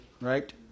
right